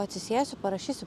atsisėsiu parašysiu